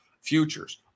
futures